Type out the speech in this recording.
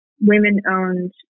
Women-owned